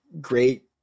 great